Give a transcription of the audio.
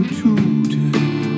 today